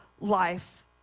life